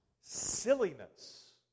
silliness